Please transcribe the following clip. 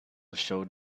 showed